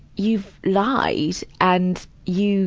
you've lied. and you